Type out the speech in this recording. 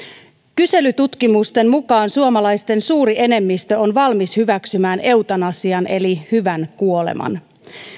kyselytutkimusten mukaan suomalaisten suuri enemmistö on valmis hyväksymään eutanasian eli hyvän kuoleman